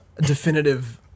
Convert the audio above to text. definitive